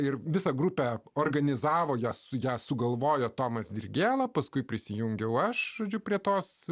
ir visą grupę organizavo jos ją sugalvojo tomas dirgėla paskui prisijungiau aš žodžiu prie tos